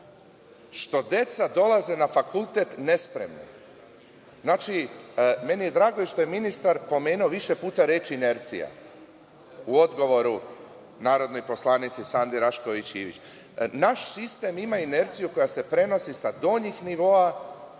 što deca dolaze na fakultet nespremna. Meni je drago što je ministar pomenuo više puta reč - inercija, u odgovoru narodnoj poslanici Sandi Rasšković Ivić. Naš sistem ima inerciju koja se prenosi sa donjih nivoa